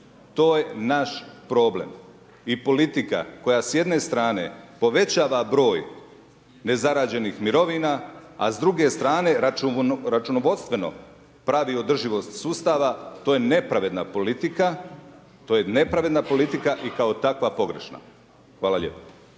To je naš problem. I politika koja s jedne strane povećava broj nezarađenih mirovina, a s druge strane računovodstveno pravi održivost sustava, to je nepravedna politika i kao takva pogrešna. Hvala lijepo.